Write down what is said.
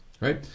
right